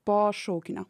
po šaukinio